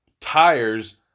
Tires